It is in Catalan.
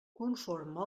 conforme